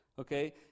Okay